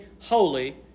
holy